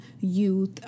youth